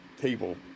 table